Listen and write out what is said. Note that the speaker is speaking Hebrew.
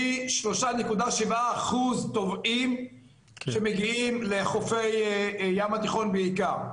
יש לנו פי 3.7% טובעים שמגיעים לחופי הים התיכון בעיקר.